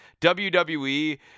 WWE